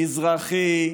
מזרחי,